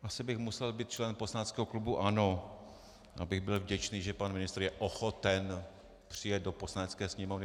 Asi bych musel být člen poslaneckého klubu ANO, abych byl vděčný, že pan ministr je ochoten přijet do Poslanecké sněmovny.